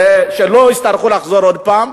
שהם לא יצטרכו לחזור עוד הפעם.